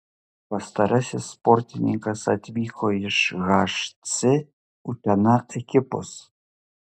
pastarasis sportininkas atvyko iš hc utena ekipos